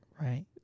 Right